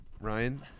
Ryan